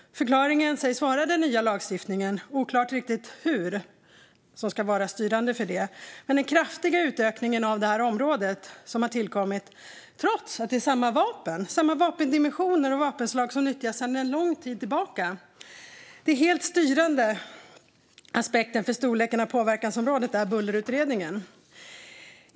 Förklaringen sägs vara den nya lagstiftningen - oklart riktigt hur - som ska vara styrande för detta. Den kraftiga utökningen av området har tillkommit trots att det är samma vapendimensioner och vapenslag som nyttjats sedan lång tid tillbaka. Den helt styrande aspekten för storleken av påverkansområde är Bullerutredningen.